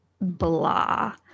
blah